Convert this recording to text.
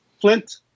Flint